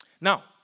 Now